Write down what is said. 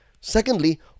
Secondly